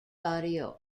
barrio